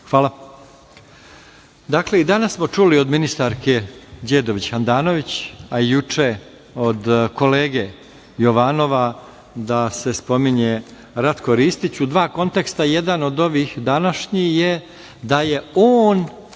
Ristića. Dakle, i danas smo čuli od ministarke Đedović Hamdanović, a juče od kolege Jovanova, da se spominje Ratko Ristić u dva konteksta. Jedan od ovih današnjih je da je on